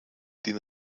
den